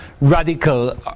radical